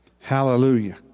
hallelujah